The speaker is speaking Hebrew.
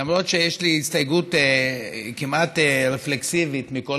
למרות שיש לי הסתייגות כמעט רפלקסיבית מכל